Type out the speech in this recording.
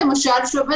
למשל,